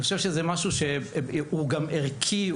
אני חושב שזה משהו שהוא גם ערכי,